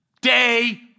day